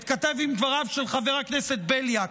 אתכתב עם דבריו של חבר הכנסת בליאק,